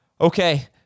Okay